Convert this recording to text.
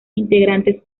integrantes